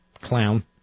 Clown